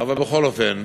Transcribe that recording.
אבל בכל אופן,